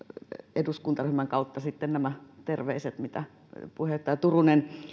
eduskuntaryhmän kautta sitten nämä terveiset jotka puheenjohtaja turunen